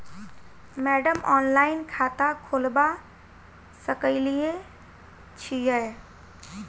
Madam online खाता खोलबा सकलिये छीयै?